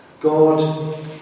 God